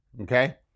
okay